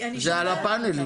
זה על הפאנלים,